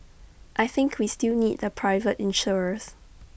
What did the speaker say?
I think we still need the private insurers